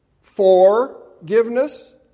Forgiveness